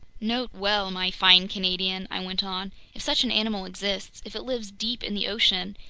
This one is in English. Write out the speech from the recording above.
note well, my fine canadian, i went on, if such an animal exists, if it lives deep in the ocean,